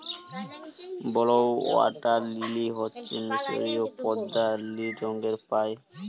blue water lily হচ্যে মিসরীয় পদ্দা লিল রঙের পায়